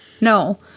No